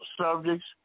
subjects